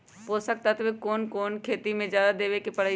पोषक तत्व क कौन कौन खेती म जादा देवे क परईछी?